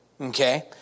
okay